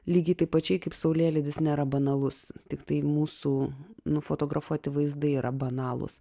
lygiai taip pačiai kaip saulėlydis nėra banalus tiktai mūsų nufotografuoti vaizdai yra banalūs